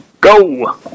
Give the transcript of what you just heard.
Go